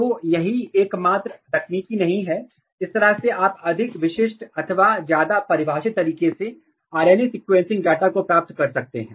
तो यही एकमात्र तकनीकी नहीं है और इस तरह से आप अधिक विशिष्ट अथवा ज्यादा परिभाषित तरीके से RNA सीक्वेंसिंग डाटा को प्राप्त कर सकते हैं